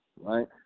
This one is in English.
right